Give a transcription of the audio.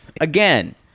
Again